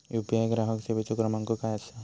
UPI ग्राहक सेवेचो क्रमांक काय असा?